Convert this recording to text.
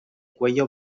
cuello